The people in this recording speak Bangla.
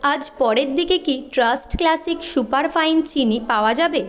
আজ পরের দিকে কি ট্রাস্ট ক্লাসিক সুপারফাইন চিনি পাওয়া যাবে